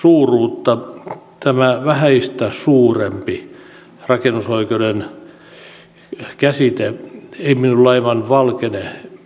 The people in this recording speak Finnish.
tämä rakennusoikeuden käsite vähäistä suurempi ei minulle aivan valkene